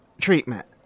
treatment